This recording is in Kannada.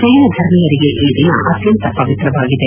ಜೈನಧರ್ಮೀಯರಿಗೆ ಈ ದಿನ ಅತ್ಯಂತ ಪವಿತ್ರವಾಗಿದೆ